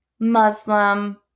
Muslim